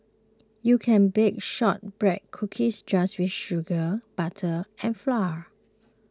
you can bake Shortbread Cookies just with sugar butter and flour